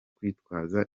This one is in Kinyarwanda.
kwitwaza